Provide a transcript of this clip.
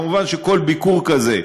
וכמובן שכל ביקור כזה,